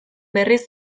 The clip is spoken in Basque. berriz